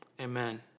Amen